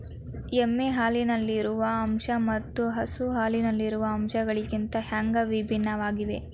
ಎಮ್ಮೆ ಹಾಲಿನಲ್ಲಿರುವ ಅಂಶಗಳು ಮತ್ತ ಹಸು ಹಾಲಿನಲ್ಲಿರುವ ಅಂಶಗಳಿಗಿಂತ ಹ್ಯಾಂಗ ಭಿನ್ನವಾಗಿವೆ?